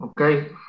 Okay